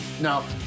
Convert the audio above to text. Now